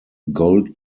gold